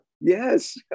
yes